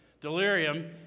delirium